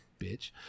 bitch